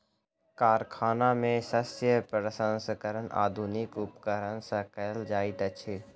कारखाना में शस्य प्रसंस्करण आधुनिक उपकरण सॅ कयल जाइत अछि